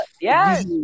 yes